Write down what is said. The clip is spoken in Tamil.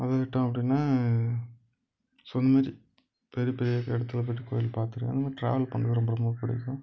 அதை விட்டோம் அப்படினா ஸோ இது மாதிரி பெரிய பெரிய இடத்துல போயிட்டு இருக்கற கோவில் பார்த்துருக்கேன்ங்க ட்ராவல் பண்ணுறது ரொம்ப ரொம்ப பிடிக்கும்